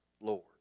Lord